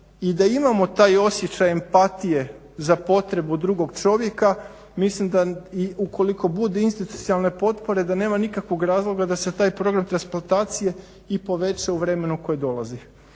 i da imamo taj osjećaj empatije za potrebu drugog čovjeka, mislim da i ukoliko bude institucionalne potpore da nema nikakvog razloga da se taj program transplantacije i poveća u vremenu koji dolazi.